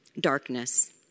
darkness